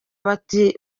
bati